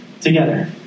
together